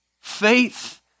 Faith